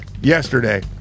Yesterday